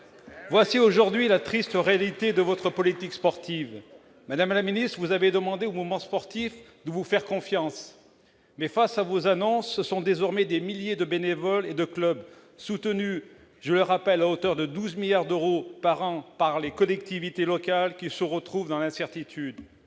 est aujourd'hui la triste réalité de votre politique sportive ! Madame la ministre, vous avez demandé au mouvement sportif de vous faire confiance, mais, face à vos annonces, ce sont désormais des milliers de bénévoles et de clubs, soutenus, je le rappelle, à hauteur de 12 milliards d'euros par an par les collectivités territoriales, qui se retrouvent dans l'incertitude.